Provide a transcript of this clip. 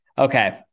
Okay